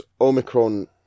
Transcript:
Omicron